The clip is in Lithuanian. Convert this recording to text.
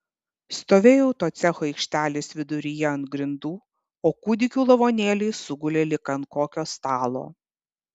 stovėjau to cecho aikštelės viduryje ant grindų o kūdikių lavonėliai sugulė lyg ant kokio stalo